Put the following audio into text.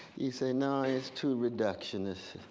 you say, no it's too reductionist,